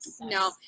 no